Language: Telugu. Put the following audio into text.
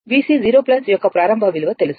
VC0 యొక్క ప్రారంభ విలువ తెలుసు